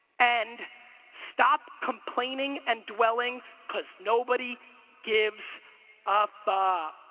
and stop complaining and dwelling cause nobody gives a fuck.